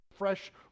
fresh